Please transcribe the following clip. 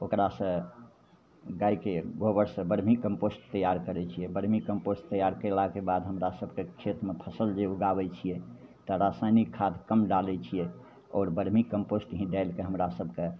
ओकरासे गाइके गोबरसे बर्मी कम्पोस्ट तैआर करै छिए बर्मी कम्पोस्ट तैआर कएलाके बाद हमरासभकेँ खेतमे फसल जे उगाबै छिए तऽ रासायनिक खाद कम डालै छिए आओर बर्मी कम्पोस्ट ही डालिके हमरासभकेँ